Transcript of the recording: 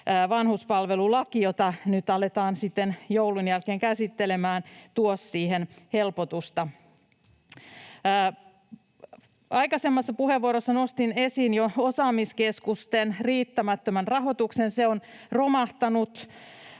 vanhuspalvelulaki, jota nyt aletaan sitten joulun jälkeen käsittelemään, tuo siihen helpotusta. Aikaisemmassa puheenvuorossani nostin esiin jo osaamiskeskusten riittämättömän rahoituksen: se on romahtanut